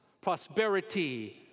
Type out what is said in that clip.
prosperity